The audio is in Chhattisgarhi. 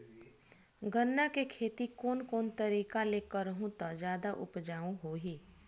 गन्ना के खेती कोन कोन तरीका ले करहु त जादा उपजाऊ होही?